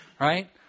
right